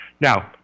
Now